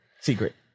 Secret